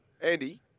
Andy